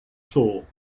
tour